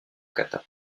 kata